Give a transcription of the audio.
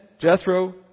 Jethro